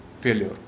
failure